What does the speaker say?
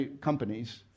companies